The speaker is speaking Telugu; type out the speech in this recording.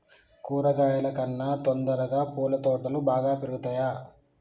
కూరగాయల కన్నా తొందరగా పూల తోటలు బాగా పెరుగుతయా?